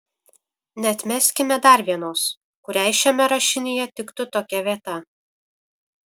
neatmeskime dar vienos kuriai šiame rašinyje tiktų tokia vieta